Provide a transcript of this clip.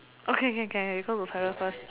okay okay okay you go to toilet first